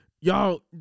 Y'all